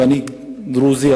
ואני דרוזי,